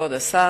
כבוד השר,